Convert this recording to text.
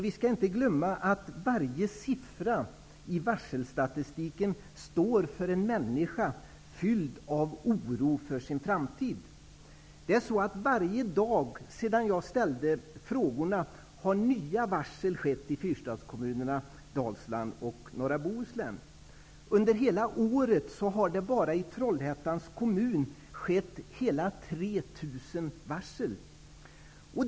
Vi skall inte glömma att varje siffra i varselstatistiken står för en människa, fylld av oro för sin framtid. Varje dag sedan jag ställde mina frågor har nya varsel kommit i fyrstadskommunerna i Dalsland och norra Bohuslän. Under hela året har bara i Trollhättans kommun lämnats hela 3 000 varsel.